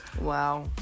Wow